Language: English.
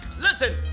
Listen